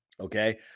Okay